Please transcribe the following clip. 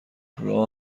پیدا